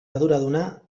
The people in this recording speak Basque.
arduraduna